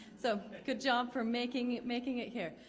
so good job for making making it here.